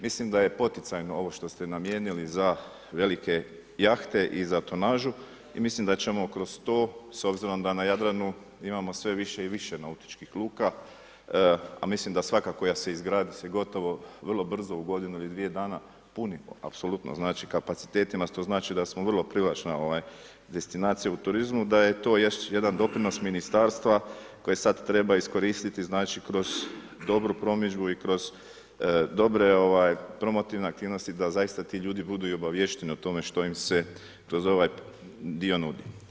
Mislim da je poticajno ovo što ste namijenili za velike jahte i za tonažu, i mislim da ćemo kroz to s obzirom da na Jadranu imamo sve više i više nautičkih luka, a mislim da svaka koja se izgradi se gotovo vrlo brzo u godinu ili dvije dana puni znači kapacitetima, to znači da smo vrlo privlačna destinacija u turizmu da je to još jedan doprinos ministarstva koje sad treba iskoristiti znači kroz dobru promidžbu i kroz dobre promotivne aktivnosti da zaista ti ljudi budu i obaviješteni o tome što im se to za ovaj dio nudi.